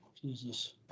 jesus